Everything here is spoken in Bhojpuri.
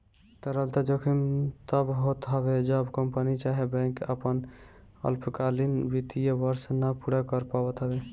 तरलता जोखिम तब होत हवे जब कंपनी चाहे बैंक आपन अल्पकालीन वित्तीय वर्ष ना पूरा कर पावत हवे